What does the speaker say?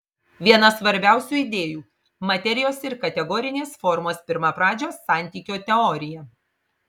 viena svarbiausių idėjų materijos ir kategorinės formos pirmapradžio santykio teorija